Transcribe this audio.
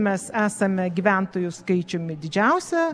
mes esame gyventojų skaičiumi didžiausia